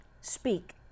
speak